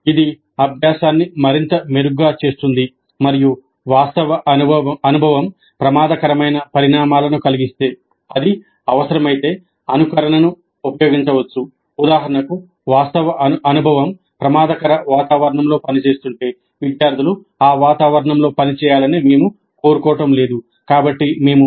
ఇది అభ్యాసాన్ని మరింత మెరుగ్గా చేస్తుంది మరియు వాస్తవ అనుభవం ప్రమాదకరమైన పరిణామాలను కలిగిస్తే అది అవసరమైతే అనుకరణను ఉపయోగించవచ్చు